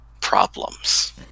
problems